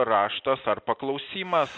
raštas ar paklausimas